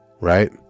Right